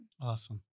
Awesome